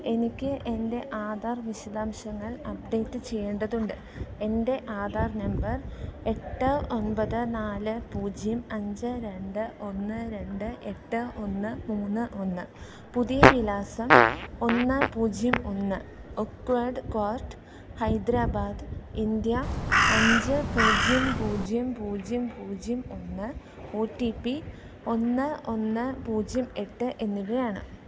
എനിക്ക് എൻറ്റെ ആധാർ വിശദാംശങ്ങൾ അപ്ഡേറ്റ് ചെയ്യേണ്ടതുണ്ട് എൻറ്റെ ആധാർ നമ്പർ എട്ട് ഒൻപത് നാല് പൂജ്യം അഞ്ച് രണ്ട് ഒന്ന് രണ്ട് എട്ട് ഒന്ന് മൂന്ന് ഒന്ന് പുതിയ വിലാസം ഒന്ന് പൂജ്യം ഒന്ന് ഒക്വേഡ് ക്വാർട്ട് ഹൈദരാബാദ് ഇന്ത്യ അഞ്ച് പൂജ്യം പൂജ്യം പൂജ്യം പൂജ്യം ഒന്ന് ഒ റ്റി പ്പി ഒന്ന് ഒന്ന് പൂജ്യം എട്ട് എന്നിവയാണ്